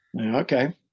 Okay